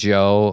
Joe